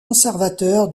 conservateur